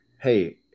Hey